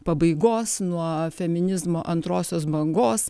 pabaigos nuo feminizmo antrosios bangos